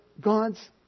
God's